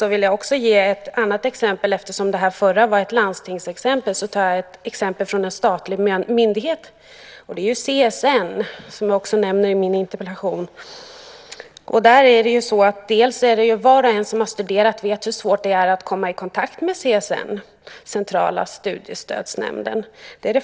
Jag vill också ge ett annat exempel. Eftersom det förra var från ett landstingssammanhang väljer jag nu i stället ett exempel från en statlig myndighet, nämligen CSN, som jag också nämner i min interpellation. Var och en som har studerat vet för det första hur svårt det är att komma i kontakt med CSN, Centrala studiestödsnämnden.